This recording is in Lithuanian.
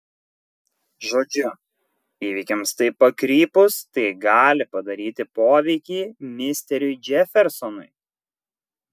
žodžiu įvykiams taip pakrypus tai gali padaryti poveikį misteriui džefersonui